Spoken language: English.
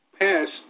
passed